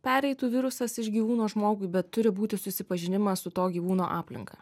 pereitų virusas iš gyvūno žmogui bet turi būti susipažinimas su to gyvūno aplinka